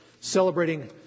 celebrating